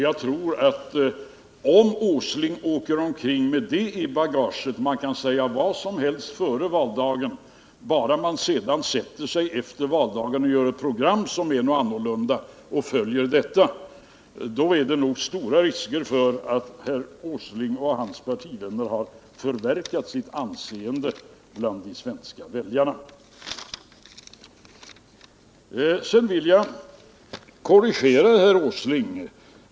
Jag tror att om herr Åsling åker omkring med den uppfattningen i bagaget att man kan säga vad som som helst före valdagen, bara man efter det man blivit vald sätter sig ned och gör ett program som är annorlunda och sedan följer detta program, då finns det stora risker för att herr Åsling och hans partivänner har förverkat sitt anseende bland de svenska väljarna! Sedan vill jag korrigera herr Åsling.